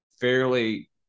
fairly